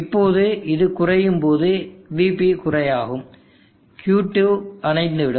இப்போது இது குறையும் போது Vb குறைவாகும் Q2 அணைந்துவிடும்